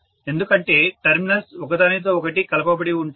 ఎందుకంటే టెర్మినల్స్ ఒకదానితో ఒకటి కలపబడి ఉంటాయి